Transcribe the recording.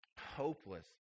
hopeless